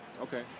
Okay